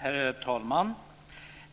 Herr talman!